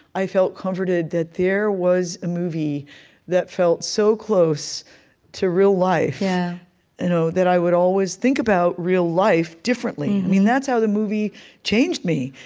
i felt comforted that there was a movie that felt so close to real life yeah you know that i would always think about real life differently that's how the movie changed me,